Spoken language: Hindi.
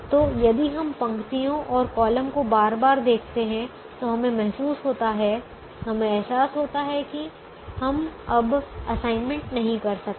तो यदि हम पंक्तियों और कॉलम को बार बार देखते हैं तो हमें एहसास होता है कि हम अब असाइनमेंट नहीं कर सकते